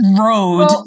road